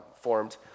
formed